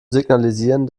signalisieren